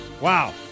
Wow